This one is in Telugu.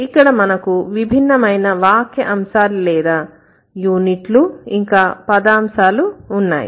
ఇక్కడ మనకు విభిన్నమైన వాక్య అంశాలు లేదా యూనిట్లు ఇంకా పదాంశాలు ఉన్నాయి